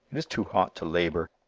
it is too hot to labor.